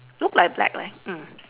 look like black leh mm